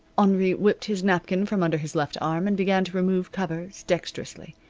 henri whipped his napkin from under his left arm and began to remove covers, dexterously.